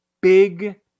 big